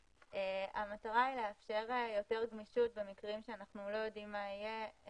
המטרה היא לאפשר יותר גמישות במקרים שאנחנו לא יודעים מה יהיה.